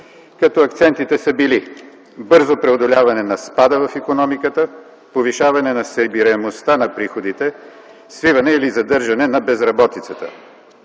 като акцентите са били: бързо преодоляване на спада в икономиката, повишаване на събираемостта на приходите, свиване или задържане на безработицата.